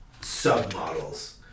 sub-models